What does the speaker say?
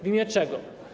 W imię czego?